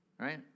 Right